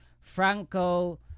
Franco